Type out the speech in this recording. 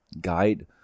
guide